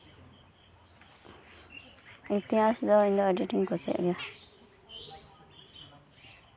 ᱤᱛᱤᱦᱟᱸᱥ ᱫᱚ ᱤᱧ ᱫᱚ ᱟᱹᱰᱤ ᱟᱸᱴᱤᱧ ᱠᱩᱥᱤᱭᱟᱜ ᱜᱮᱭᱟ